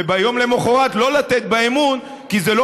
וביום למוחרת לא לתת בה אמון כי זה לא